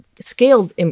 scaled